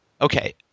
Okay